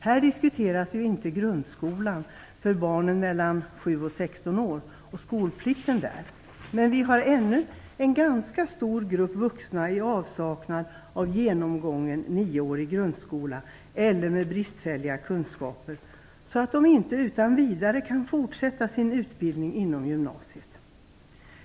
Här diskuteras inte grundskolan för barnen mellan 7 och 16 år och skolplikten. Men vi har ännu en ganska stor grupp vuxna som är i avsaknad av genomgången nioårig grundskola eller som har bristfälliga kunskaper så att de inte utan vidare kan fortsätta sin utbildning inom gymnasiet.